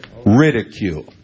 Ridicule